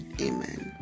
amen